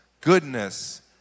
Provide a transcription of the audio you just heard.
goodness